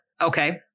Okay